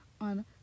on